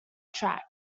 track